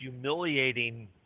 humiliating